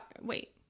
wait